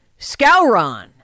Scouron